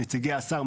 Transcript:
נציגי השר,